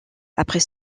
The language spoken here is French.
après